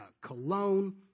cologne